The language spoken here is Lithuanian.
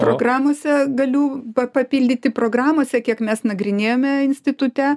programose galiu papildyti programose kiek mes nagrinėjome institute